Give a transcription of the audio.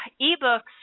e-books